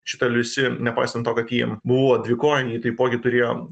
šita liusi nepaisant to kad ji buvo dvikojė ji taipogi turėjo